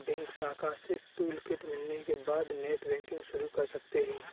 bank शाखा से toolkit मिलने के बाद नेटबैंकिंग शुरू कर सकते है